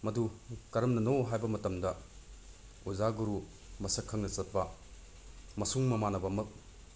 ꯃꯗꯨ ꯀꯔꯝꯅꯅꯣ ꯍꯥꯏꯕ ꯃꯇꯝꯗ ꯑꯣꯖꯥ ꯒꯨꯔꯨ ꯃꯁꯛ ꯈꯪꯅ ꯆꯠꯄ ꯃꯁꯨꯡ ꯃꯃꯥꯟꯅꯕꯃꯛ